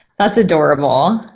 that's adorable.